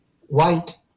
white